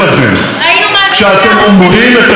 כשאתם אומרים את השטויות הללו.